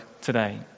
today